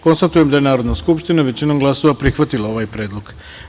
Konstatujem da je Narodna skupština većinom glasova prihvatila ovaj predlog.